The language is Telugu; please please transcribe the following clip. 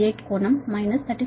38 కోణం మైనస్ 36